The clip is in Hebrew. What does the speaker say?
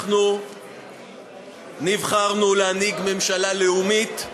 אנחנו נבחרנו להנהיג ממשלה לאומית,